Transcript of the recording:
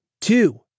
Two